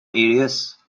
areas